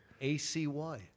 A-C-Y